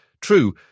True